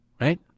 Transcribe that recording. right